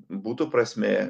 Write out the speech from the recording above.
būtų prasmė